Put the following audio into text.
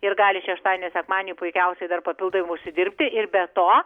ir gali šeštadienį ir sekmadienį puikiausiai dar papildomai užsidirbti ir be to